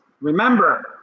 remember